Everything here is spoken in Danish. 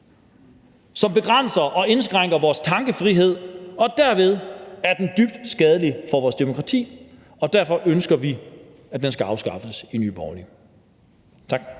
som begrænser og indskrænker vores tankefrihed. Derved er den dybt skadelig for vores demokrati, og derfor ønsker vi i Nye Borgerlige, at